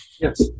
Yes